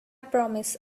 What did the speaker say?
promise